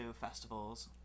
festivals